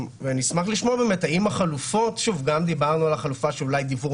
אני אשמח לשמוע באמת האם החלופות דיברנו על החלופה של דיוור